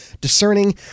discerning